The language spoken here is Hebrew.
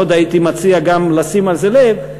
מאוד הייתי מציע לשים אל זה לב,